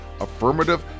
Affirmative